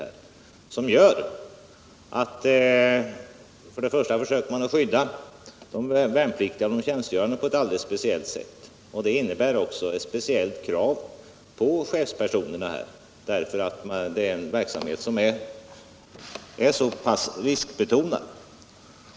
Först och främst försöker man skydda de tjänstgörande värnpliktiga på ett alldeles speciellt sätt, och det innebär också ett särskilt krav på chefspersonerna, eftersom verk 19 Om arbetarskyddet inom försvaret samheten är så pass riskbetonad.